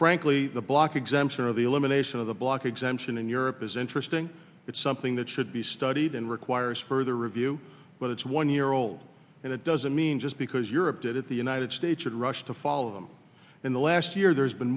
frankly the block exemption or the elimination of the block exemption in europe is interesting it's something that should be studied and requires further review but it's one year old and it doesn't mean just because europe did it the united states had rushed to follow them in the last year there's b